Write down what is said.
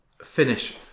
Finish